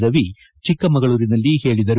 ರವಿ ಚಿಕ್ಕಮಗಳೂರಿನಲ್ಲಿ ಹೇಳಿದರು